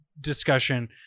discussion